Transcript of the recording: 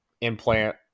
implant